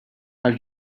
are